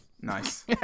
nice